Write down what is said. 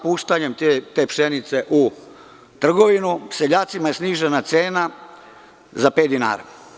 Puštanjem te pšenice u trgovinu seljacima je snižena cena za pet dinara.